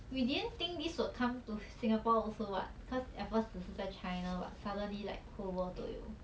we didn't think this would come to Singapore also what cause at first 只是在 china but suddenly like whole world 都有